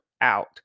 out